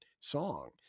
song